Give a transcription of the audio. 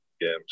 games